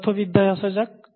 পদার্থবিদ্যায় আসা যাক